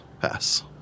pass